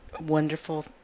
wonderful